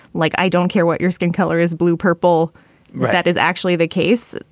like, i don't care what your skin color is, blue, purple. but that is actually the case.